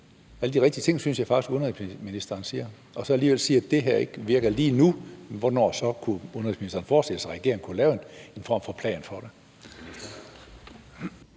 alle de rigtige ting, som jeg faktisk synes at udenrigsministeren siger, men så alligevel sige, at det her ikke virker lige nu? Hvornår kunne udenrigsministeren så forestille sig at regeringen kunne lave en form for plan for det?